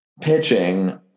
pitching